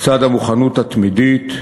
לצד המוכנות התמידית,